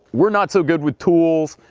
we're not so good with tools.